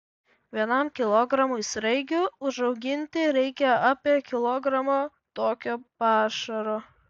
vienam kilogramui sraigių užauginti reikia apie kilogramo tokio pašaro